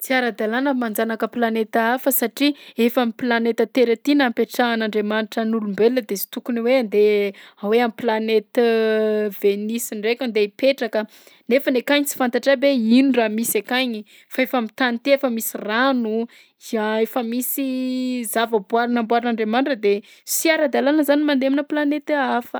Tsy ara-dalàna ny manjanaka ny planeta hafa satria efa am'planeta tera ty nampetrahan'Andriamanitra ny olombelona de sy tokony hoe handeha hoe am'planète Venus ndraika andeha hipetraka nefany akagny tsy fantatra aby hoe ino raha misy akagny, fa efa am'tany ty efa misy rano efa misy zavaboary namboarin'Andriamanitra de sy ara-dalàna zany ny mandeha aminà planeta hafa.